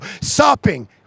sopping